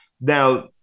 now